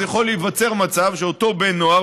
אז יכול להיווצר מצב שאותו בן נוער,